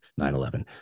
9-11